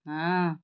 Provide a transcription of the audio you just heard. ହଁ